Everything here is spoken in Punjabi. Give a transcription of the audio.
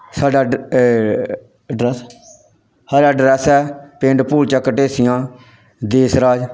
ਸਾਡਾ ਅਡ ਐਡਰੈਸ ਸਾਡਾ ਐਡਰੈਸ ਹੈ ਪਿੰਡ ਭੂਰਚੱਕ ਢੇਸੀਆਂ ਦੇਸਰਾਜ